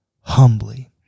humbly